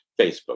Facebook